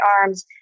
arms